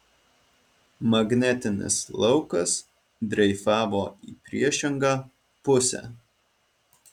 magnetinis laukas dreifavo į priešingą pusę